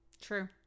True